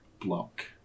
Block